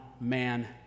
man